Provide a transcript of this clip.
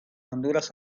honduras